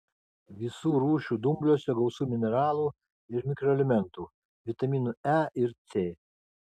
visų rūšių dumbliuose gausu mineralų ir mikroelementų vitaminų e ir c